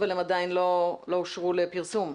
אבל הן עדיין לא אושרו לפרסום.